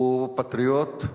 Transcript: הוא פטריוט,